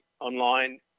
online